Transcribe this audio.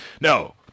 no